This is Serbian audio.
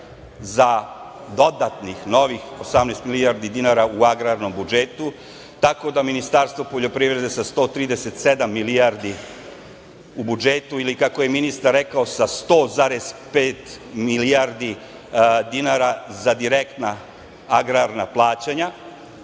a to je novih 18 milijardi dinara, dodatnih, u agrarnom budžetu. Tako da, Ministarstvo poljoprivrede sa 137 milijardi u budžetu i kako je ministar rekao sa 100,5 milijardi dinara za direktna agrarna plaćanja